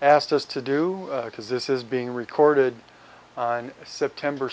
asked us to do because this is being recorded on september